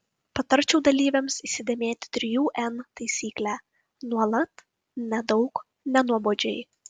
patarčiau dalyvėms įsidėmėti trijų n taisyklę nuolat nedaug nenuobodžiai